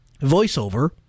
voiceover